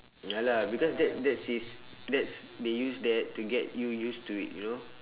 ya lah because that that's his that's they use that to get you used to it you know